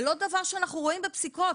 זה לא דבר שאנחנו רואים בפסיקות,